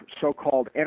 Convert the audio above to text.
so-called